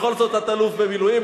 בכל זאת תת-אלוף במילואים,